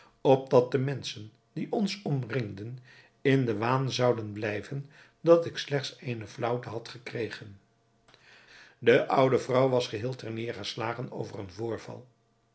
opdat de menschen die ons omringden in den waan zouden blijven dat ik slechts eene flaauwte had gekregen de oude vrouw was geheel ter neêrgeslagen over een voorval